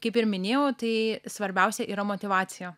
kaip ir minėjau tai svarbiausia yra motyvacija